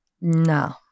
No